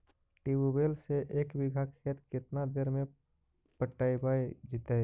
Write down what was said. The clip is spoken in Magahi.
ट्यूबवेल से एक बिघा खेत केतना देर में पटैबए जितै?